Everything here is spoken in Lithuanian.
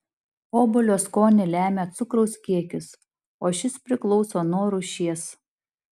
obuolio skonį lemia cukraus kiekis o šis priklauso nuo rūšies